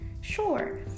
Sure